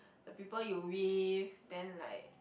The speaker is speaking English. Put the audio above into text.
the people you with then like